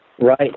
Right